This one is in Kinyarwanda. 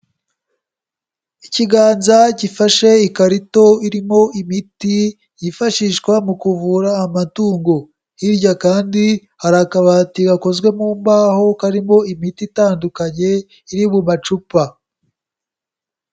Ikiganza gifashe ikarito irimo imiti yifashishwa mu kuvura amatungo. Hirya kandi hari akabati gakozwe mu mbaho karimo imiti itandukanye iri mu macupa.